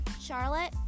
Charlotte